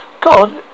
God